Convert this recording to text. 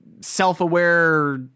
self-aware